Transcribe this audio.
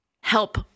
help